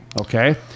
Okay